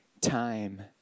time